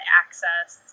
access